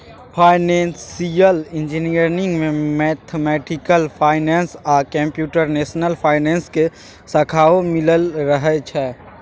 financial engineering में mathematical finance आ computational finance के शाखाओं मिलल रहइ छइ